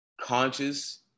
conscious